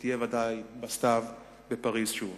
שתהיה בסתיו בפריס שוב.